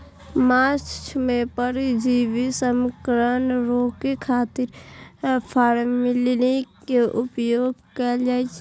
माछ मे परजीवी संक्रमण रोकै खातिर फॉर्मेलिन के उपयोग कैल जाइ छै